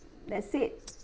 that's it